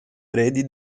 eredi